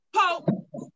Pope